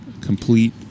complete